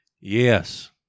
Yes